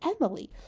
Emily